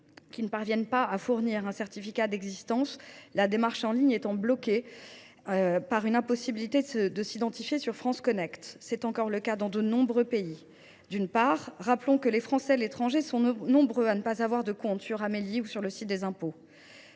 qui ne parviennent pas à fournir un certificat d’existence, la démarche en ligne étant bloquée par l’impossibilité de s’identifier sur FranceConnect, comme c’est encore le cas dans de nombreux pays. Rappelons que les Français de l’étranger sont nombreux à ne pas avoir de compte sur ou le site des impôts.